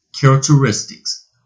characteristics